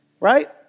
right